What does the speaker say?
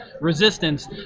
resistance